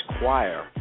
Choir